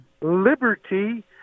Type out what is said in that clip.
liberty